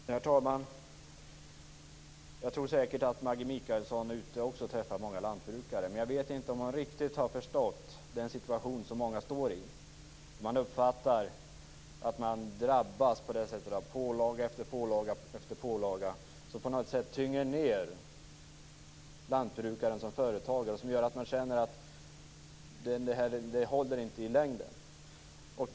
Herr talman! Jag tror säkert att Maggi Mikaelsson också är ute och träffar många lantbrukare, men jag vet inte riktigt om hon har förstått den situation som många befinner sig i. Man uppfattar att man drabbas av pålaga efter pålaga, som tynger ned lantbrukaren som företagare och som gör att man känner att det inte håller i längden.